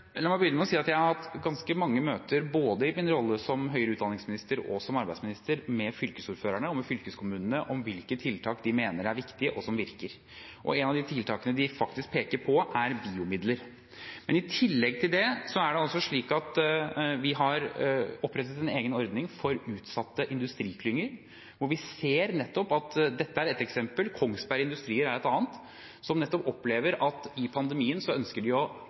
La meg begynne med å si at jeg har hatt ganske mange møter, både i min rolle som høyere utdanningsminister og som arbeidsminister, med fylkesordførerne og fylkeskommunene om hvilke tiltak de mener er viktige og som virker. Ett av de tiltakene de faktisk peker på, er BIO-midler. I tillegg til dette har vi opprettet en egen ordning for utsatte industriklynger – dette er ett eksempel, Kongsberg Industrier er et annet – som nettopp opplever at de under pandemien ønsker å ta vare på den kompetansen de